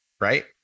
right